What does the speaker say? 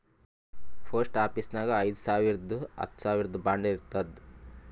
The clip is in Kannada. ಪೋಸ್ಟ್ ಆಫೀಸ್ನಾಗ್ ಐಯ್ದ ಸಾವಿರ್ದು ಹತ್ತ ಸಾವಿರ್ದು ಬಾಂಡ್ ಇರ್ತಾವ್